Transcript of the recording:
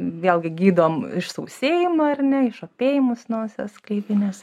vėlgi gydom išsausėjimą ar ne išopėjimus nosies gleivinės